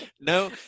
no